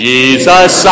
Jesus